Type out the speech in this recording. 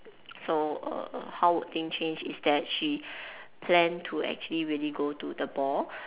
so err how would things change is that she plan to actually really go to the ball